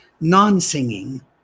non-singing